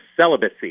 celibacy